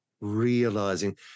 realizing